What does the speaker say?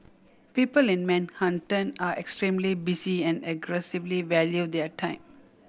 people in Manhattan are extremely busy and aggressively value their time